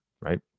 right